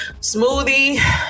smoothie